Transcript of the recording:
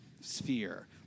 sphere